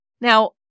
Now